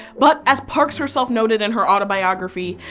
but as parks' herself noted in her autobiography,